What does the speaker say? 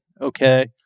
Okay